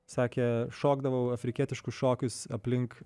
sakė šokdavau afrikietiškus šokius aplink